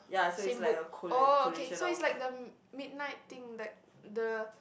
same book oh okay so is like the midnight thing that the